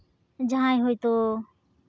ᱡᱟᱦᱟᱸᱭ ᱦᱳᱭᱛᱳ